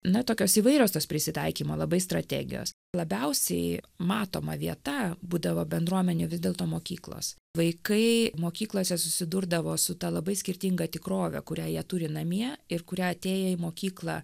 na tokios įvairios tos prisitaikymo labai strategijos labiausiai matoma vieta būdavo bendruomenių vis dėlto mokyklos vaikai mokyklose susidurdavo su ta labai skirtinga tikrove kurią jie turi namie ir kurią atėję į mokyklą